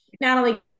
Natalie